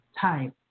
type